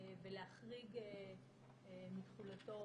ולהחריג מתחולתו